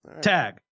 Tag